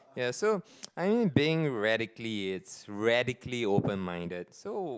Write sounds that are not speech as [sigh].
yes so [noise] I mean been radically it's radically open minded so